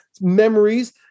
memories